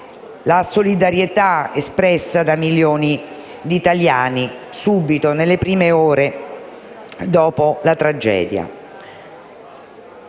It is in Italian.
la solidarietà espressa da milioni di italiani, subito, nelle prime ore dopo la tragedia.